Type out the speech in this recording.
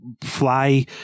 fly